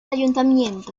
ayuntamiento